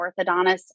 orthodontist